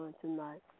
tonight